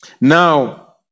Now